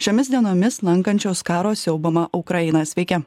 šiomis dienomis lankančios karo siaubiamą ukrainą sveiki